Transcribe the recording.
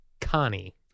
Connie